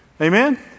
Amen